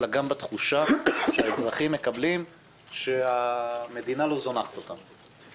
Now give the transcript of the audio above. אלא גם בתחושה שהאזרחים מקבלים שהמדינה לא זונחת אותם.